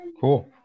Cool